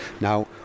now